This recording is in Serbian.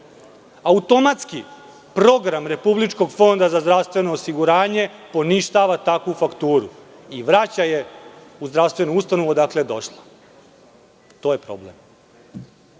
Automatski program Republičkog fonda za zdravstveno osiguranje poništava takvu fakturu i vraća je u zdravstvenu ustanovu odakle je došla. To je problem.